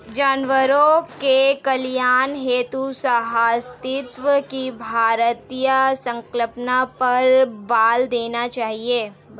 जानवरों के कल्याण हेतु सहअस्तित्व की भारतीय संकल्पना पर बल देना चाहिए